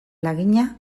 lagina